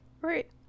Right